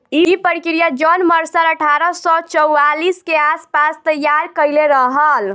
इ प्रक्रिया John Mercer अठारह सौ चौवालीस के आस पास तईयार कईले रहल